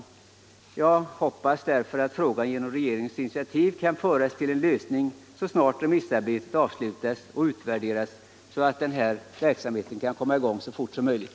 Jag hoppas att frågan genom regeringens initiativ kan föras till en lösning så snart remissarbetet avslutats och utvärderats och att verksamheten kan komma i gång så fort som möjligt.